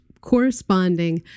corresponding